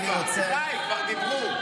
שיקלי, דיברו על זה.